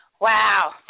Wow